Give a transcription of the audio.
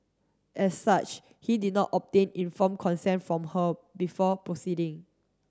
as such he did not obtain informed consent from her before proceeding